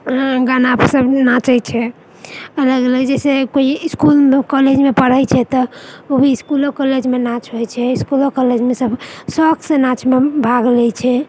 गाना पर सभ नाचै छै अलग अलग जाहिसँ केओ इसकुल काॅलेजमे पढ़ै छै तऽ ओ भी इसकुलो काॅलेजमे नाँच होइत छै इसकुलो काॅलेजमे सभ शौकसँ नाचमे भाग लए छै